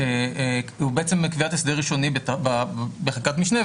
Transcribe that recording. הוא בעצם קביעת הסדר ראשוני בחזקת משנה,